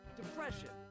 depression